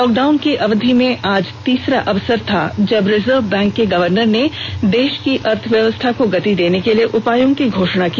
lockdown की अवधि में आज तीसरा अवसर था जब रिजर्व बैंक के गवर्नर ने देश की अर्थव्यवस्था को गति देने के लिए उपायों की घोषणा की